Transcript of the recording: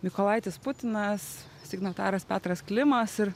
mykolaitis putinas signataras petras klimas ir